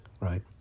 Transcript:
right